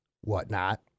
whatnot